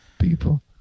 people